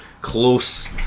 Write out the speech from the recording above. close